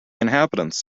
inhabitants